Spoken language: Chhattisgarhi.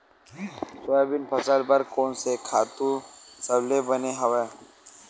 सोयाबीन फसल बर कोन से खातु सबले बने हवय?